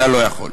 אתה לא יכול.